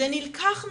זה נלקח ממנו.